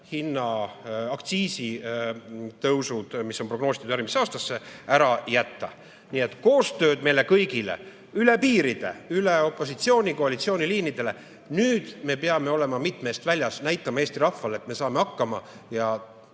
aktsiisi tõusud, mis on prognoositud järgmisse aastasse, ära jätta. Nii et koostööd meile kõigile üle piiride, üle opositsiooni-koalitsiooni liinide! Nüüd me peame olema mitme eest väljas, näitama Eesti rahvale, et me saame hakkama ja